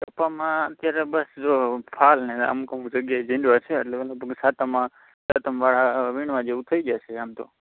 ખેતરમાં અત્યારે બસ જો ફાલને અમુક અમુક જગ્યાએ ભીંડો હશે એટલે હવે લગભગ સાતમમાં સાતમ વેળા વીણવા જેવું થઇ જશે આમ તો